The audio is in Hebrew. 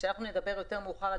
יותר מאוחר,